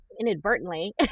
inadvertently